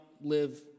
live